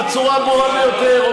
בצורה הברורה ביותר,